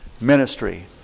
ministry